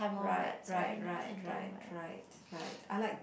right right right right right right I like